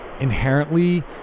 inherently